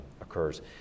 occurs